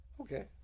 okay